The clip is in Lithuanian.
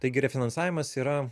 taigi refinansavimas yra